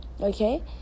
Okay